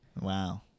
Wow